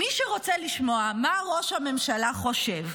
מי שרוצה לשמוע מה ראש הממשלה חושב,